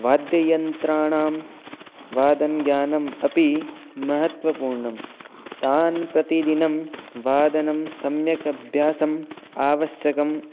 वाद्ययन्त्राणां वादनज्ञानम् अपि महत्त्वपूर्णं तान् प्रतिदिनं वादनं सम्यक् अभ्यासम् आवश्यकं